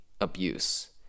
abuse